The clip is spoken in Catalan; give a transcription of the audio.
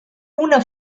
una